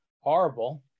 horrible